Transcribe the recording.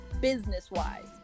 business-wise